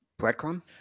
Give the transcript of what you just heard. breadcrumb